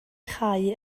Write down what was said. chau